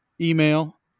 email